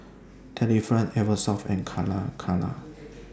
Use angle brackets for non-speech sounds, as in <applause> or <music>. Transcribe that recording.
Delifrance Eversoft and Calacara <noise>